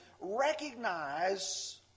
recognize